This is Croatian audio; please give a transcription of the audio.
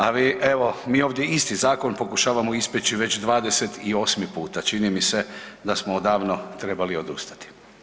A mi evo, mi ovdje isti zakon pokušavamo ispeći već 28 puta, čini mi se da smo odavno trebali odustati.